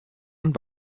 und